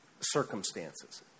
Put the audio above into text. circumstances